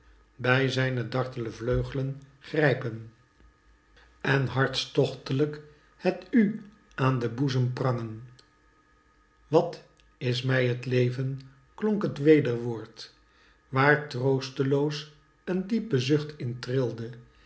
bij zijne dartle vleuglen grijpen en hartstochtlijk het u aan den boezem prangen wat is mij t leven klonk het wederwoord waar troosteloos een diepe zucht in